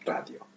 Radio